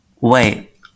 wait